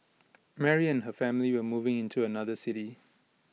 Mary and her family were moving in to another city